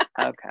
okay